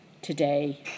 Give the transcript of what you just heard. today